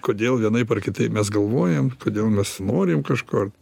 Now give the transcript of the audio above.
kodėl vienaip ar kitaip mes galvojam kodėl mes norim kažko